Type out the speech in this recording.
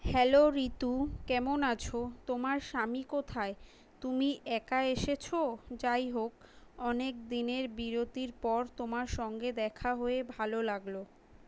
hello Ritu কেমন আছো তোমার স্বামী কোথায় তুমি একা এসেছো যাই হোক অনেক দিনের বিরতির পর তোমার সঙ্গে দেখা হয়ে ভালো লাগল